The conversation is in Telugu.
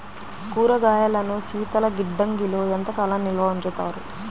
కూరగాయలను శీతలగిడ్డంగిలో ఎంత కాలం నిల్వ ఉంచుతారు?